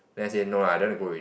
then no lah I don't wanna go already